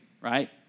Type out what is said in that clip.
right